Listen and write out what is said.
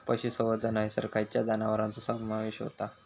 पशुसंवर्धन हैसर खैयच्या जनावरांचो समावेश व्हता?